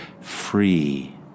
free